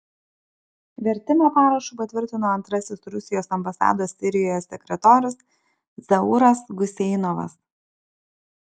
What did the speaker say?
vertimą parašu patvirtino antrasis rusijos ambasados sirijoje sekretorius zauras guseinovas